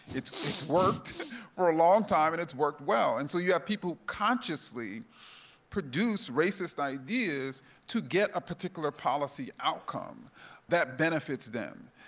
it's it's worked for a long time, and it's worked well, and so you have people who consciously produce racist ideas to get a particular policy outcome that benefits them.